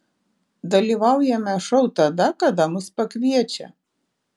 dalyvaujame šou tada kada mus pakviečia